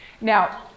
Now